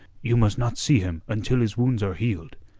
you must not see him until his wounds are healed.